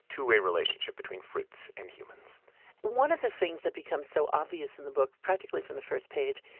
two-way relationship between fruits and humans one of the things that becomes so obvious in the book, practically from the first page,